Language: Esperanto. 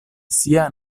sia